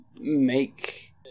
make